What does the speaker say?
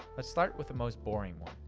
let's start with the most boring one,